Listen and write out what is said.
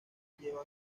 lleva